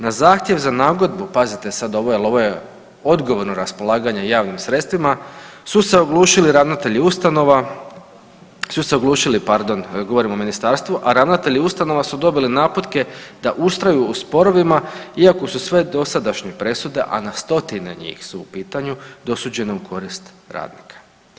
Na zahtjev za nagodbu, pazite sad ovo jer ovo je odgovorno raspolaganje javnim sredstvima, su se oglušili ravnatelji ustanova, su se oglušili pardon govorim o ministarstvu, a ravnatelji ustanova su dobili naputke da ustraju u sporovima iako su sve dosadašnje presude, a na 100-tine njih su u pitanju, dosuđene u korist radnika.